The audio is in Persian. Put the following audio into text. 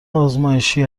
ازمایشی